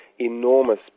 enormous